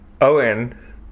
Owen